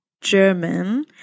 German